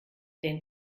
den